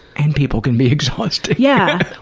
and people can be exhausting. yeah,